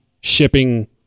shipping